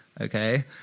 okay